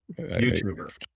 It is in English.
YouTuber